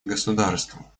государству